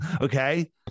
Okay